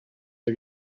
der